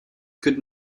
could